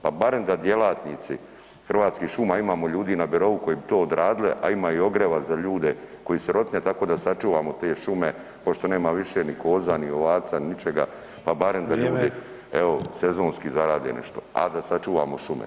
Pa barem da djelatnici Hrvatskih šuma, imamo ljudi na birou koji bi to odradili, a ima i ogrijeva za ljude koji su sirotinja, tako da sačuvamo te šume pošto nema više ni koza, ni ovaca, ni ničega pa barem da ljudi evo sezonski zarade nešto a da sačuvamo šume.